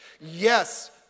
Yes